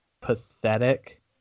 pathetic